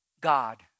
God